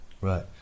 Right